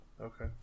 Okay